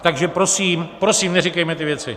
Takže prosím, prosím, neříkejme ty věci.